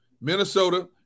Minnesota